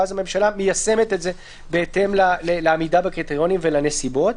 ואז הממשלה מיישמת את זה בהתאם לעמידה בקריטריונים ולנסיבות.